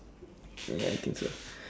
yeah I think so